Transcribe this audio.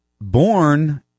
born